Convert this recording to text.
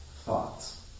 thoughts